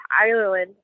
ireland